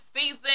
season